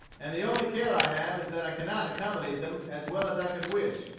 and the only care i have is that i cannot accommodate them as well as i could wish.